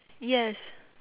yes